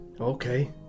Okay